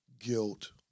guilt